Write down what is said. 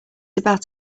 about